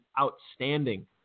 outstanding